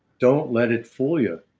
don't let it fool you.